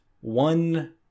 one